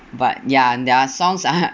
but ya their songs are ha~